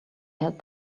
add